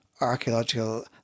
archaeological